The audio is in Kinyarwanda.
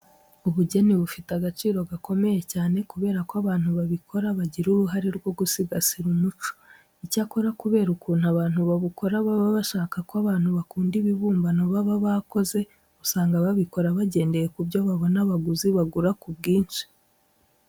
Ubugeni bufite agaciro gakomeye cyane kubera ko abantu babikora bagira uruhare rwo gusigasira umuco. Icyakora kubera ukuntu abantu babukora baba bashaka ko abantu bakunda ibibumbano baba bakoze, usanga babikora bagendeye ku byo babona abaguzi bagura ku bwinshi.